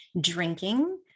drinking